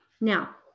Now